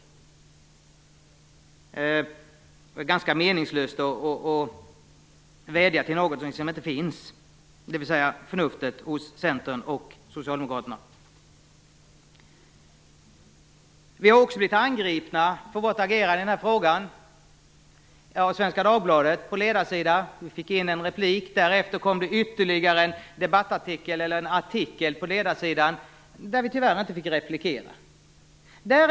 Det är ganska meningslöst att vädja till något som inte finns, nämligen till förnuftet hos Centern och Vi har på Svenska Dagbladets ledarsida blivit angripna för vårt agerande i den här frågan. Vi fick in en replik, och därefter kom ytterligare en artikel på ledarsidan, som vi tyvärr inte fick replikera på.